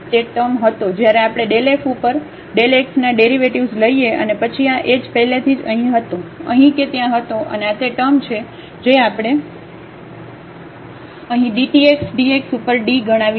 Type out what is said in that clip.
તેથી આ તે ટર્મ હતો જ્યારે આપણે ∇ f ઉપર ∇ x નાડેરિવેટિવ્ઝ લઈએ અને પછી આ h પહેલેથી જ અહીં હતો અહીં કે ત્યાં હતો અને આ તે ટર્મ છે જે આપણે અહીં dtx dx ઉપર d ગણાવી છે